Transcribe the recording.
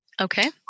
Okay